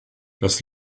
das